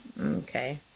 Okay